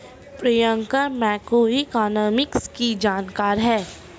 Priyanka macroeconomics की जानकार है